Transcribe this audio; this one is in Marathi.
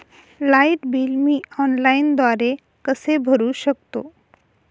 लाईट बिल मी ऑनलाईनद्वारे कसे भरु शकतो?